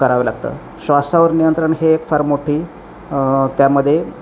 करावं लागतं श्वासावर नियंत्रण हे एक फार मोठी त्यामध्ये